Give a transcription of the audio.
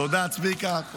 תודה, צביקה.